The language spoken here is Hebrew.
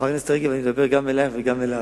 חברת הכנסת רגב, אני מדבר גם אלייך וגם אליו.